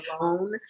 alone